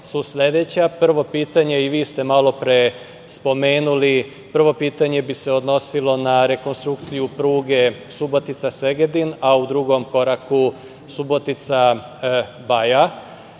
su sledeća. Prvo pitanje, i vi ste malopre spomenuli, odnosilo bi se na rekonstrukciju pruge Subotica – Segedin, a u drugom koraku Subotica – Baja.